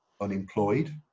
unemployed